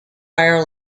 higher